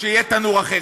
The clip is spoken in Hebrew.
שיהיה תנור אחר.